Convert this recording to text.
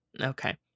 okay